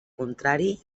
contrari